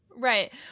Right